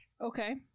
Okay